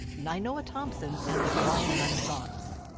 nainoa thompson, and the hawaiian renaissance.